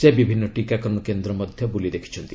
ସେ ବିଭିନ୍ନ ଟିକାକରଣ କେନ୍ଦ୍ର ମଧ୍ୟ ବୁଲି ଦେଖିଛନ୍ତି